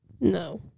No